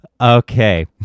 Okay